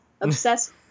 obsessed